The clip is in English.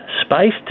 space